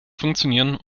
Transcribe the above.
funktionieren